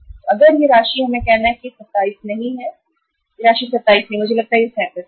तो अगर यह राशि हमें यह कहना है कि यह 27 नहीं है यह राशि 27 नहीं है मुझे लगता है कि यह 37 है